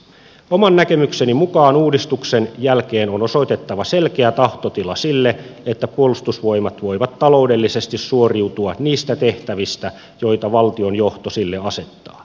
oman näkemykseni mukaan uudistuksen jälkeen on osoitettava selkeä tahtotila sille että puolustusvoimat voivat taloudellisesti suoriutua niistä tehtävistä joita valtion johto sille asettaa